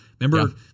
remember